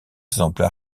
exemples